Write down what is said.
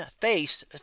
face